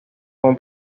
como